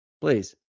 please